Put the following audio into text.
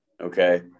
Okay